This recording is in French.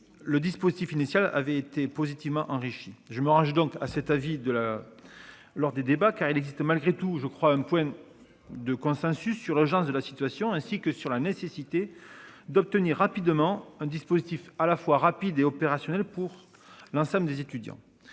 Le dispositif initial avait été positivement enrichi je me range donc à cet avis de la. Lors des débats, car il existe malgré tout je crois un point. De consensus sur l'agence de la situation ainsi que sur la nécessité d'obtenir rapidement un dispositif à la fois rapide et opérationnelle pour l'ensemble des étudiants.